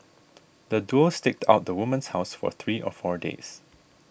the duo staked out the woman's house for three or four days